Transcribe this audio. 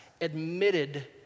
admitted